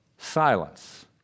silence